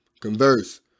converse